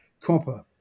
copper